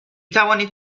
توانید